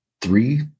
three